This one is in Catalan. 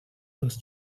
als